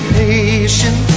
patient